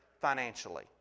financially